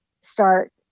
start